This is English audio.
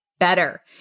better